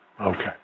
Okay